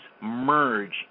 merge